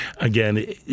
again